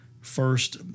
first